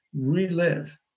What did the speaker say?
relive